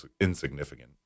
insignificant